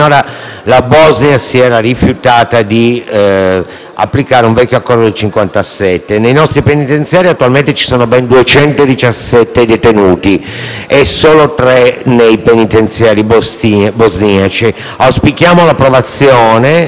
la Bosnia si era rifiutata di applicare un vecchio accordo del 1957. Nei nostri penitenziari attualmente ci sono ben 217 detenuti bosniaci e solo tre sono i detenuti italiani